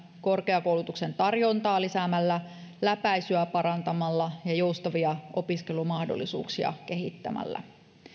korkeakoulutuksen tarjontaa lisäämällä läpäisyä parantamalla ja joustavia opiskelumahdollisuuksia kehittämällä